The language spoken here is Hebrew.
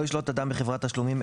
לא ישלוט אדם בחברת תשלומים,